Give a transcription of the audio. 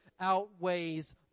outweighs